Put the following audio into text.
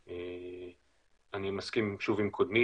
אנצפלופתיה,